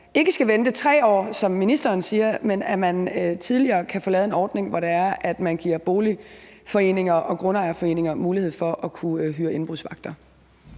ikke skal vente 3 år, som ministeren siger, men at man tidligere kan få lavet en ordning, hvor man giver boligforeninger og grundejerforeninger mulighed for at kunne hyre indbrudsvagter.